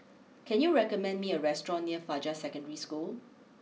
can you recommend me a restaurant near Fajar Secondary School